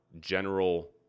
general